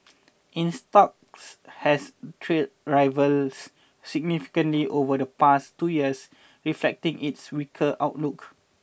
its stock has trailed rivals significantly over the past two years reflecting its weaker outlook